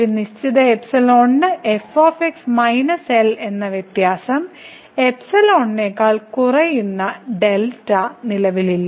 ഒരു നിശ്ചിത ന് f മൈനസ് L എന്ന വ്യത്യാസം നേക്കാൾ കുറയുന്ന δ നിലവിലില്ല